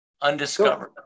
undiscovered